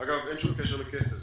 אגב, אין שום קשר לכסף.